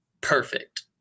perfect